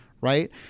right